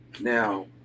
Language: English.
Now